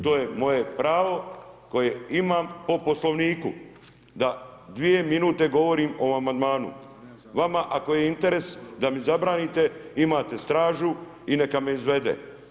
To je moje pravo koje imam po Poslovniku da dvije minute govorim o amandmanu, vama ako je interes da mi zabranite imate stražu i neka me izvede.